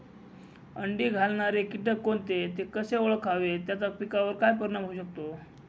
अंडी घालणारे किटक कोणते, ते कसे ओळखावे त्याचा पिकावर काय परिणाम होऊ शकतो?